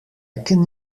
can